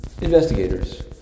investigators